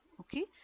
okay